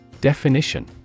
Definition